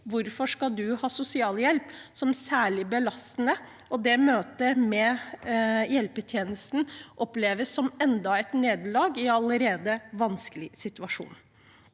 hvorfor skal du ha sosialhjelp? Det møtet med hjelpetjenesten oppleves som enda et nederlag i en allerede vanskelig situasjon.